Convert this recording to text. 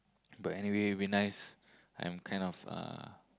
but anyway we nice I'm kind of a